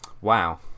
Wow